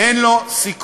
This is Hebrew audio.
אין לו סיכוי.